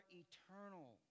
eternal